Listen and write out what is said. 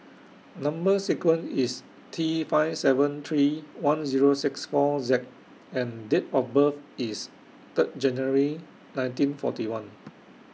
Number sequence IS T five seven three one Zero six four Z and Date of birth IS Third January nineteen forty one